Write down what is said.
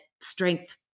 strength